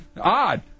odd